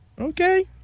Okay